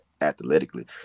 athletically